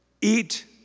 eat